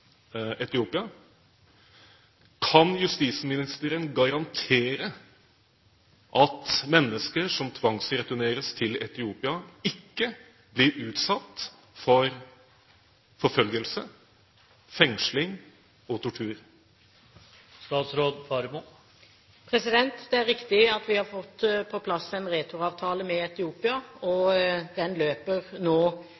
Etiopia. Kan justisministeren garantere at mennesker som tvangsreturneres til Etiopia, ikke blir utsatt for forfølgelse, fengsling og tortur? Det er riktig at vi har fått på plass en returavtale med Etiopia, og